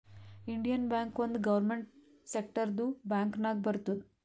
Indian bank ಒಂದ್ government ಸೆಕ್ಟರ್ದು bank ನಾಗ್ ಬರ್ತುದ್